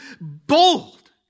bold